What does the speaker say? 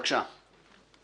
בבקשה.